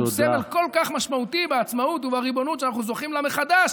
שהוא סמל כל כך משמעותי בעצמאות ובריבונות שאנחנו זוכים לה מחדש.